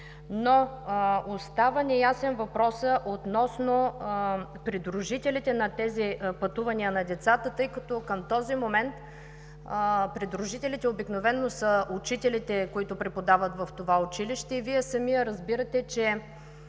Но остава неясен въпросът относно придружителите на пътуванията на децата, тъй като към този момент придружителите обикновено са учителите, които преподават в това училище. Вие сами разбирате, че